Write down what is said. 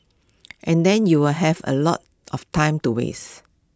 and then you will have A lot of time to waste